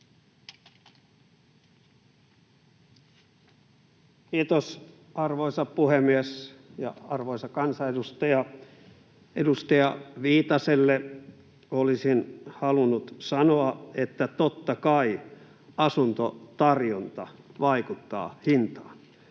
Kiitos, arvoisa puhemies — ja arvoisa kansanedustaja! Edustaja Viitaselle olisin halunnut sanoa, että totta kai asuntotarjonta vaikuttaa hintaan,